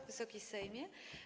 Wysoki Sejmie!